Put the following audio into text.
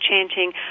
chanting